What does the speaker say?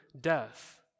death